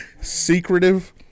secretive